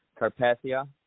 Carpathia